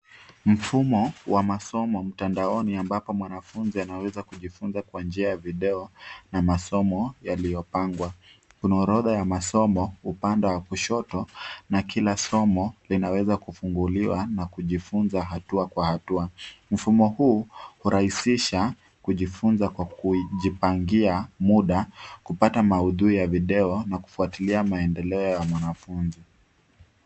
Mfumo wa masomo mtandaoni ambapo mwanafunzi anaweza kujifunza kwa njia ya video na masomo yaliyopangwa. Kuna orodha ya masomo upande wa kushoto na kila somo linaweza kufunguliwa na kujifunza hatua kwa hatua. Mfumo huu hurahisisha kujifunza kwa kujipangia muda, kupata maudhui ya video na kufuatiila maendeleo ya mwanafunzi.